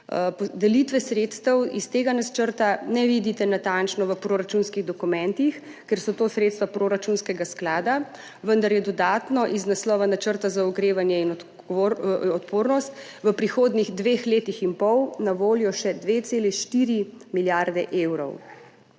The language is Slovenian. Delitve sredstev iz tega načrta ne vidite natančno v proračunskih dokumentih, ker so to sredstva proračunskega sklada, vendar je dodatno iz naslova načrta za okrevanje in odpornost v prihodnjih dveh letih in pol na voljo še 2,4 milijarde evrov.